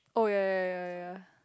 oh ya ya ya ya ya